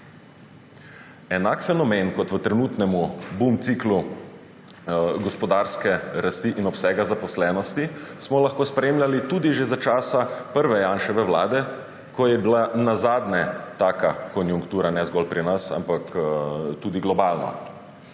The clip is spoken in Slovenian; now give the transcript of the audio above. Enak fenomen kot v trenutnem bum ciklu gospodarske rasti in obsega zaposlenosti smo lahko spremljali tudi že za časa prve Janševe vlade, ko je bila nazadnje taka konjunktura, ne zgolj pri nas, ampak tudi globalno.